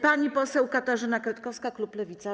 Pani poseł Katarzyna Kretkowska, klub Lewica.